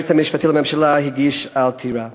היועץ המשפטי לממשלה הגיש עתירה.